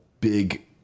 big